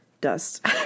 dust